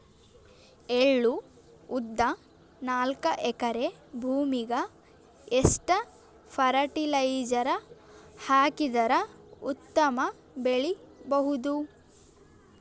ಎಳ್ಳು, ಉದ್ದ ನಾಲ್ಕಎಕರೆ ಭೂಮಿಗ ಎಷ್ಟ ಫರಟಿಲೈಜರ ಹಾಕಿದರ ಉತ್ತಮ ಬೆಳಿ ಬಹುದು?